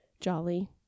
jolly